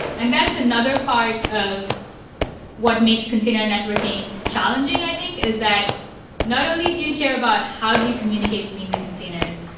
and that's another part of what makes container networking challenging, i think, is that not only do you care about how do you communicate between the containers.